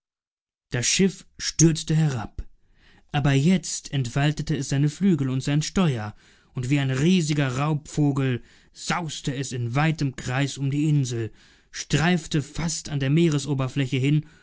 das schiff stürzte herab aber jetzt entfaltete es seine flügel und sein steuer und wie ein riesiger raubvogel sauste es in weitem kreis um die insel streifte fast an der meeresoberfläche hin